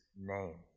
name